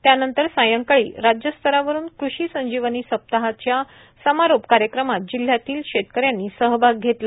त्यानंतर सायंकाळी राज्यस्तरावरून कृषी संजीवनी सप्ताहाच्या समारोप कार्यक्रमात जिल्ह्यातील शेतकऱ्यांनी सहभाग घेतला